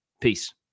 Peace